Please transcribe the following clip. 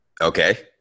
Okay